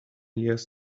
years